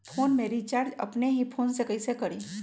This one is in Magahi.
फ़ोन में रिचार्ज अपने ही फ़ोन से कईसे करी?